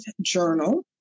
journal